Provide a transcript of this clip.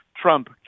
Trump